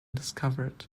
discovered